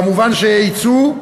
כמובן ייצוא,